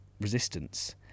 resistance